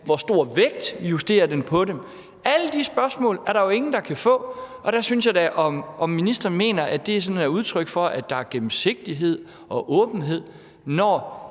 hvor stor vægt regeringen justerer på dem? Alle de spørgsmål er der jo ingen der kan få svar på. Der synes jeg da, jeg vil spørge, om ministeren mener, at det sådan er udtryk for, at der er gennemsigtighed og åbenhed, når